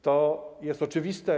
To jest oczywiste.